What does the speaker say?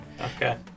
Okay